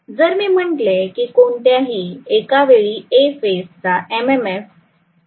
जर मी म्हटले की कोणत्याही एका वेळी A फेज चा एम एम एफ काय आहे